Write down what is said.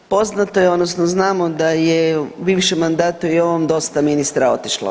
Poznato je odnosno znamo da je u bivšem mandatu i u ovom dosta ministara otišlo.